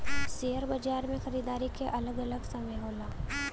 share बाजार मे खरीदारी के अलग अलग समय होला